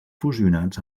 fusionats